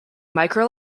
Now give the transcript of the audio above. micro